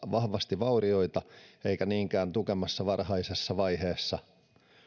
vahvasti vaurioita eikä niinkään tueta varhaisessa vaiheessa